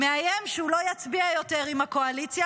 מאיים שהוא לא יצביע יותר עם הקואליציה,